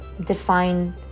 define